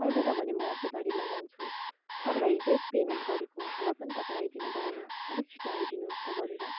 आउँदैन भने म अर्को गाडी मगाउँछु तपाईँलाई हिजै पेमेन्ट गरेको र पनि तपाईँ आइदिनु भएन अलिक छिटो आइदिनुहोस् त गरेर